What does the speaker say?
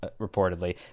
reportedly